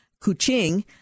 Kuching